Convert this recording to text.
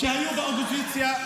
כשהיו באופוזיציה,